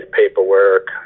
paperwork